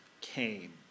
came